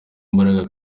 imbaraga